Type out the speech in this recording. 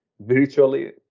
virtually